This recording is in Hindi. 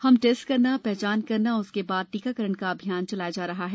हम टेस्ट करना हचान करना उसके बाद टीकाकरण का अभियान चला रहा है